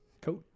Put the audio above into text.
Coach